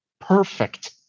perfect